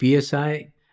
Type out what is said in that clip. PSI